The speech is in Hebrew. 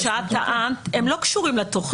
האוכלוסיות שאת טענת לא קשורות לתוכנית.